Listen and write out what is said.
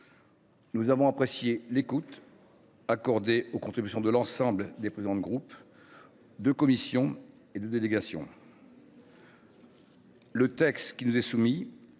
Nous avons apprécié l’écoute accordée aux contributions de l’ensemble des présidents de groupe, de commission et de délégation. Le texte qui nous est soumis